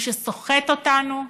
מי שסוחט אותנו,